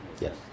Yes